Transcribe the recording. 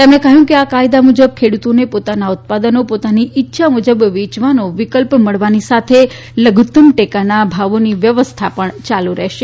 તેમણે કહ્યું કે આ કાયદા મુજબ ખેડ઼તોને પોતાના ઉત્પાદનો પોતાની ઇચ્છા મુજબ વેયવાનો વિકલ્પ મળવાની સાથે લધુતમ ટેકાના ભાવોની વ્યવસ્થા યાલુ રહેશે